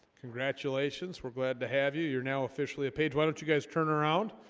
congratulations, we're glad to have you you're now officially a page. why don't you guys turn around?